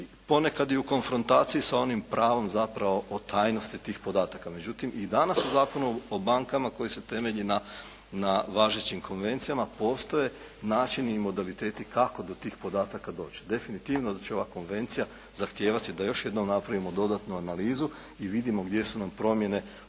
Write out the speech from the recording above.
ponekad i u konfrontaciji sa onim pravom zapravo o tajnosti tih podataka. Međutim, i danas u Zakonu o bankama koji se temelji na važećim konvencijama postoje načini i modaliteti kako do tih podataka doći. Definitivno da će ova konvencija zahtijeva da još jednom napravimo dodatnu analizu i vidimo gdje su nam promjene potrebne.